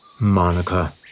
Monica